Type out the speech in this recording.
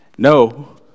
No